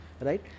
right